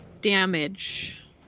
damage